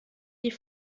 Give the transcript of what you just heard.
die